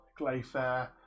Glayfair